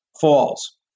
falls